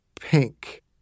pink